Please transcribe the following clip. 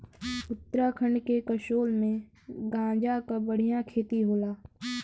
उत्तराखंड के कसोल में गांजा क बढ़िया खेती होला